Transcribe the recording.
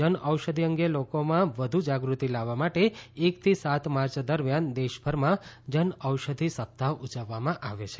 જન ઔષધિ અંગે લોકોમાં વધુ જાગૃતિ લાવવા માટે એક થી સાત માર્ચ દરમિયાન દેશભરમાં જન ઔષધિ સપ્તાહ ઉજવવામાં આવે છે